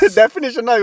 definition